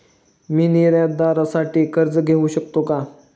मी निर्यातदारासाठी कर्ज घेऊ शकतो का?